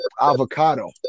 avocado